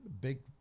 big